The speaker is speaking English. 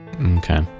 okay